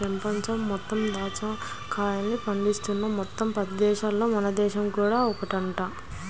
పెపంచం మొత్తం మీద దాచ్చా కాయల్ని పండిస్తున్న మొత్తం పది దేశాలల్లో మన దేశం కూడా ఒకటంట